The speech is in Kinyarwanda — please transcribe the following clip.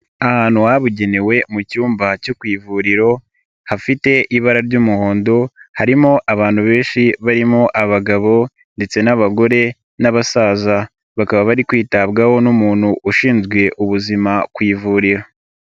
Ahantu habugenewe mu cyumba cyo ku ivuriro, hafite ibara ry'umuhondo, harimo abantu benshi barimo abagabo ndetse n'abagore n'abasaza. Bakaba bari kwitabwaho n'umuntu ushinzwe ubuzima ku ivuriro.